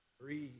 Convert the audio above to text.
Breathe